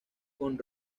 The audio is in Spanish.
con